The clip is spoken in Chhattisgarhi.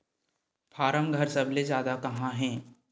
फारम घर सबले जादा कहां हे